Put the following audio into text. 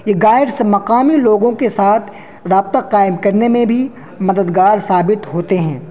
یہ گائڈس مقامی لوگوں کے ساتھ رابطہ قائم کرنے میں بھی مددگار ثابت ہوتے ہیں